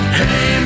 hey